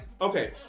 okay